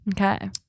Okay